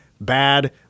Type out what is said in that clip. bad